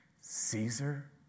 Caesar